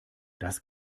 das